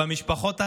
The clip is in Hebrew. במשפחות הללו,